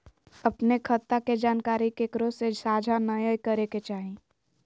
अपने खता के जानकारी केकरो से साझा नयय करे के चाही